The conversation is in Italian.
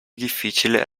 difficile